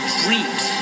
dreams